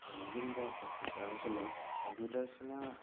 ꯌꯨꯝꯗ ꯀꯝꯄ꯭ꯌꯨꯇꯔ ꯑꯃꯁꯨ ꯂꯩ ꯀꯝꯄ꯭ꯌꯨꯇꯔꯁꯤꯅ